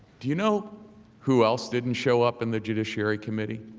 do you know who else didn't show up in the judiciary committee?